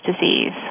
disease